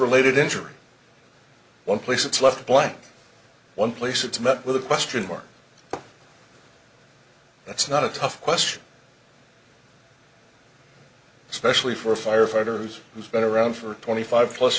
related injury one place it's left blank one place it's met with a question mark that's not a tough question especially for firefighters who's been around for twenty five plus